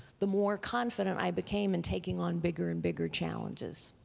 the more confidant i became in taking on bigger and bigger challenges.